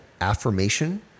affirmation